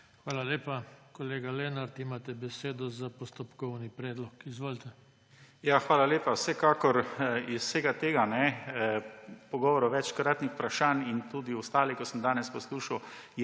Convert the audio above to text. Hvala lepa. Kolega Lenart, imate besedo za postopkovni predlog. Izvolite. JOŽE LENART (PS LMŠ): Hvala lepa. Vsekakor iz vsega tega pogovora, večkratnika vprašanj, in tudi ostalih, ko sem jih danes poslušal,